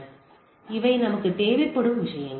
எனவே இவை நமக்குத் தேவைப்படும் விஷயங்கள்